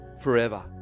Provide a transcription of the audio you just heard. forever